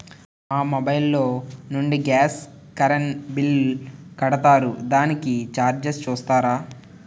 మా మొబైల్ లో నుండి గాస్, కరెన్ బిల్ కడతారు దానికి చార్జెస్ చూస్తారా?